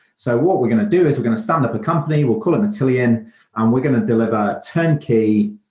so what we're going to do is we're going to stand up a company, we'll call it matillion and we're going to deliver turnkey,